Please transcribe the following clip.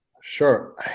Sure